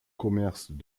commerces